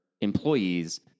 employees